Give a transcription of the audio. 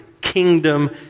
kingdom